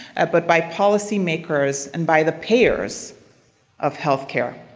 but by policymakers and by the payors of healthcare.